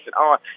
on